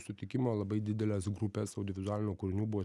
sutikimo labai didelės grupės audiovizualinių kūrinių buvo